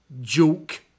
joke